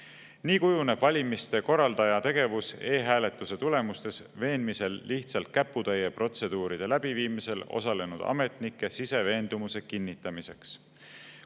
Nii kujuneb valimiste korraldaja tegevus e-hääletuse tulemustes veenmisel lihtsalt käputäie protseduuride läbiviimisel osalenud ametnike siseveendumuse kinnitamiseks.